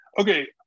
okay